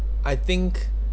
I think